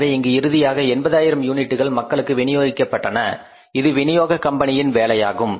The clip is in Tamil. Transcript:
எனவே இங்கு இறுதியாக எண்பதாயிரம் யூனிட்டுகள் மக்களுக்கு வினியோகிக்கப்பட்டன இது வினியோக கம்பெனியின் வேலையாகும்